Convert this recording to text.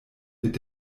mit